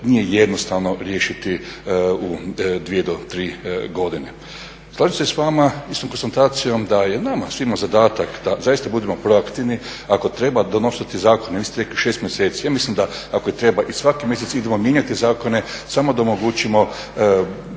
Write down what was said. nije jednostavno riješiti u 2 do 3 godine. Slažem se s vama i sa konstatacijom da je nama svima zadatak da zaista budemo proaktivni, ako treba donositi zakone nakon isteka 6 mjeseci, ja mislim da ako i treba i svaki mjesec idemo mijenjati zakone samo da omogućimo